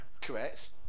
Correct